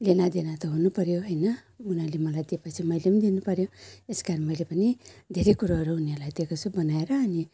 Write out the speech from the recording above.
लिनु दिनु त हुनु पऱ्यो होइन उनीहरूले मलाई दिए पछि मैले दिनु पऱ्यो यस कारण मैले पनि धेरै कुराहरू उनीहरूलाई दिएको छु बनाएर अनि